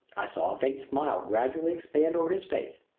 i saw a faint smile gradually expand over his face.